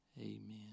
amen